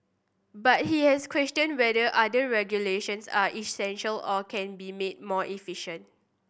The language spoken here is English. but he has questioned whether other regulations are essential or can be made more efficient